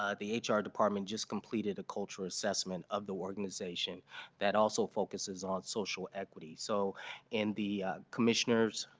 ah the h r. department just completed a culture assessment of the organization that also focuses on social equity. so and the commissioners